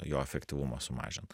jo efektyvumą sumažint